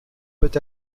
peut